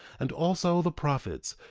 and also the prophets,